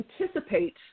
anticipate